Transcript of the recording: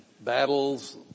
battles